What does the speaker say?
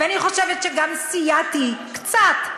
ואני חושבת שגם סייעתי קצת,